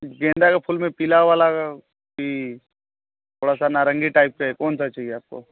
गेंदा के फूल में पीला वाला यह थोड़ा सा नारंगी टाइप पर कौन सा चाहिए आपको